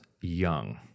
young